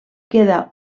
queda